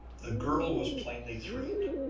the girl was plainly thrilled.